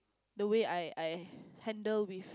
the way I I handle with